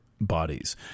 Bodies